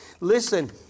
Listen